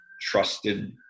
trusted